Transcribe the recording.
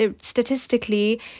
statistically